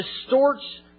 distorts